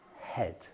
head